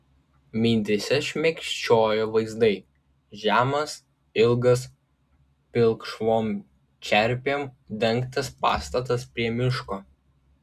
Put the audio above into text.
mintyse šmėkščiojo vaizdai žemas ilgas pilkšvom čerpėm dengtas pastatas prie miško